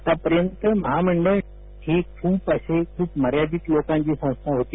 आतापर्यंत महामंडळ ही खूप मार्यादित लोकांची संस्था होती